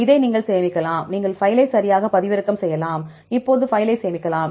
இதை நீங்கள் சேமிக்கலாம் நீங்கள் பைலை சரியாக பதிவிறக்கம் செய்யலாம் இப்போது பைலை சேமிக்கலாம்